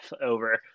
over